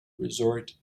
resort